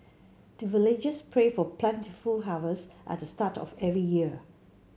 the villagers pray for plentiful harvest at the start of every year